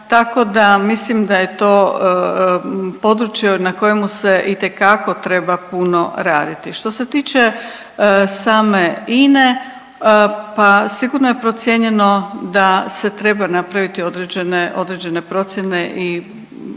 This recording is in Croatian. tako da mislim da je to područje na kojemu se itekako treba puno raditi. Što se tiče same INA-e, pa sigurno je procijenjeno da se treba napraviti određene, određene